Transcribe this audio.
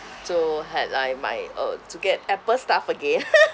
to headline my uh to get apple stuff again